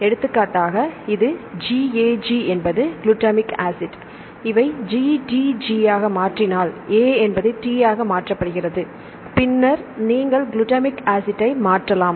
எடுத்துக்காட்டாக இது GAG என்பது குளுட்டமிக் ஆசிட் இவை GTG ஆக மாற்றினால் A என்பது Tஆக மாற்றப்படுகிறது பின்னர் நீங்கள் குளுட்டமிக் ஆசிட்டை மாற்றலாம்